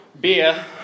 beer